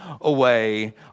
away